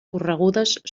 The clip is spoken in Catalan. corregudes